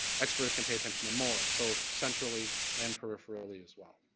experts can pay attention more both centrally and peripherally as well.